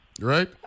right